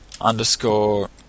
underscore